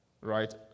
Right